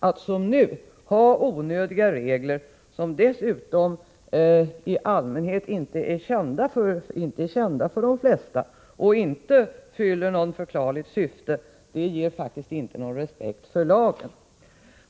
Att som nu ha onödiga regler som dessutom i allmänhet inte är kända för de flesta och inte fyller något förklarligt syfte inger faktiskt inte någon respekt för lagen.